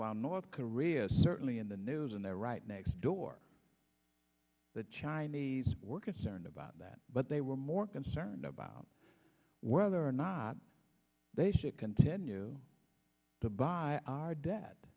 well north korea is certainly in the news and they're right next door the chinese were concerned about that but they were more concerned about whether or not they should continue to buy our debt